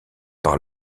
par